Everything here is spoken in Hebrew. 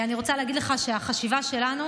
אני רוצה להגיד לך שהחשיבה שלנו